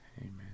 Amen